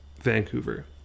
Vancouver